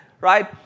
right